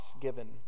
given